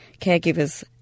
caregivers